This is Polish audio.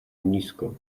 nisko